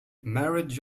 married